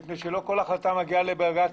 כי לא כל החלטה מגיעה לבג"ץ,